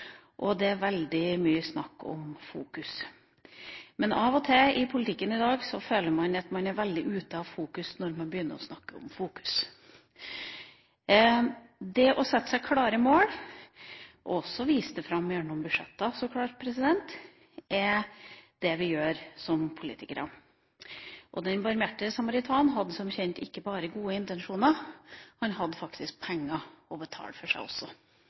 og det er veldig mye snakk om fokus. Men av og til føler man at man i politikken i dag er veldig ute av fokus når man begynner å snakke om fokus. Det å sette seg klare mål og også vise dem fram gjennom budsjetter, så klart, er det vi gjør som politikere. Den barmhjertige samaritan hadde, som kjent, ikke bare gode intensjoner, men hadde faktisk penger til å betale for seg også.